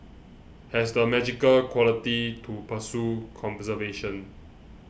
has the magical quality to pursue conservation